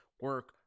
Work